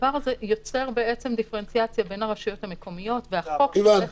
הדבר הזה יוצר בעצם דיפרנציאציה בין הרשויות המקומיות --- הבנתי.